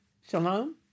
Shalom